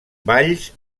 valls